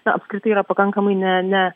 na apskritai yra pakankamai ne ne